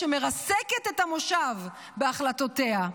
שמרסקת את המושב בהחלטותיה.